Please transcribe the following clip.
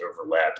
overlap